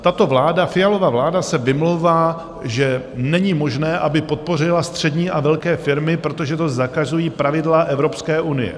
Tato vláda, Fialova vláda, se vymlouvá, že není možné, aby podpořila střední a velké firmy, protože to zakazují pravidla Evropské unie.